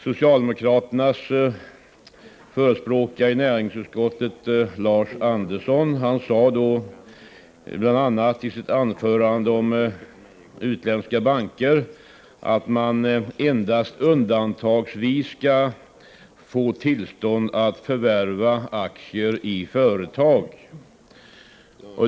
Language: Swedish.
Socialdemokraternas förespråkare i näringsutskottet, Lars Andersson, sade bl.a. i sitt anförande om utländska banker, att de endast undantagsvis skall få tillstånd att förvärva aktier i företag.